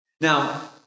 Now